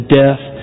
death